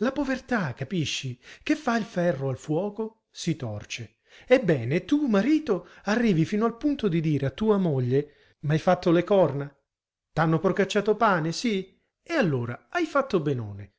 la povertà capisci che fa il ferro al fuoco si torce ebbene e tu marito arrivi fino al punto di dire a tua moglie m'hai fatto le corna t'hanno procacciato pane sì e allora hai fatto benone